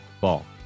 ball